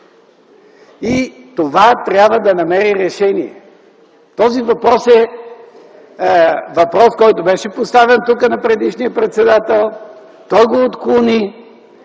Това трябва да намери решение! Този въпрос беше поставен тук на предишния председател - той го отклони.